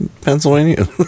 Pennsylvania